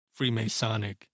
Freemasonic